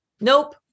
Nope